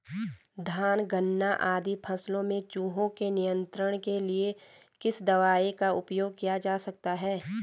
धान गन्ना आदि फसलों में चूहों के नियंत्रण के लिए किस दवाई का उपयोग किया जाता है?